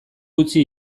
utzi